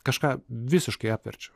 kažką visiškai apverčia